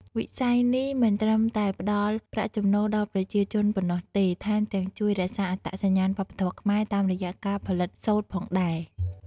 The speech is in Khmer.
វិស័យនេះមិនត្រឹមតែផ្តល់ប្រាក់ចំណូលដល់ប្រជាជនប៉ុណ្ណោះទេ ថែមទាំងជួយរក្សាអត្តសញ្ញាណវប្បធម៌ខ្មែរតាមរយៈការផលិតសូត្រផងដែរ។